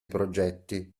progetti